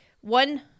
one